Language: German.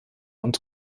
und